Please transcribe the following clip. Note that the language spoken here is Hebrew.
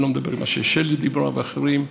אני לא מדבר על מה ששלי אמרה, ואחרים.